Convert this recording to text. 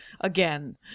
again